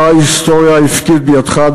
שר ההיסטוריה הפקיד בידך,